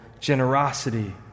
generosity